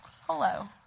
Hello